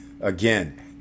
Again